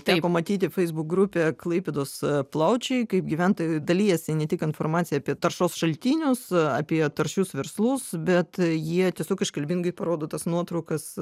teko matyti feisbuk grupėje klaipėdos plaučiai kaip gyventojai dalijasi ne tik informacija apie taršos šaltinius apie taršius verslus bet jie tiesiog iškalbingai parodo tas nuotraukas